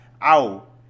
out